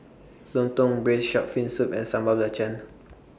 Lontong Braised Shark Fin Soup and Sambal Belacan